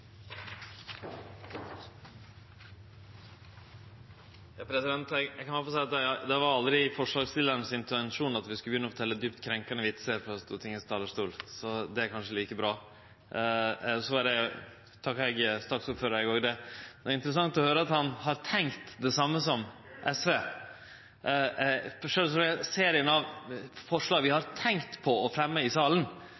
at vi skulle begynne med å fortelje djupt krenkjande vitsar frå Stortingets talarstol – så det er kanskje like bra. Eg takkar òg saksordføraren. Det var interessant å høyre at han har tenkt det same som SV. Serien av forslag vi har